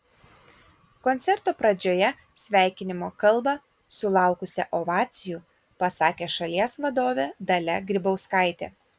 koncerto pradžioje sveikinimo kalbą sulaukusią ovacijų pasakė šalies vadovė dalia grybauskaitė